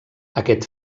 aquest